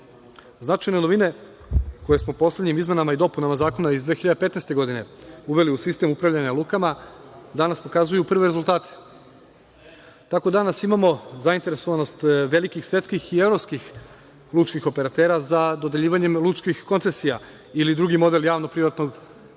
novine koje smo poslednjim izmenama i dopunama zakona iz 2015. godine uveli u sistem upravljanja lukama danas pokazuju prve rezultate. Tako danas imamo zainteresovanost velikih svetskih i evropskih lučkih operatera za dodeljivanjem lučkih koncesija ili drugim model javno-privatnog partnerstva